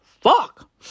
Fuck